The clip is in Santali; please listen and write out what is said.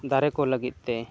ᱫᱟᱨᱮ ᱠᱚ ᱞᱟᱹᱜᱤᱫ ᱛᱮ